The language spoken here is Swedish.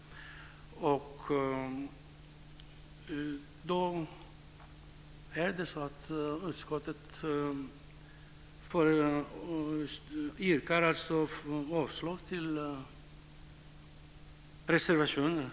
Då yrkar utskottsmajoriteten alltså avslag på reservationerna.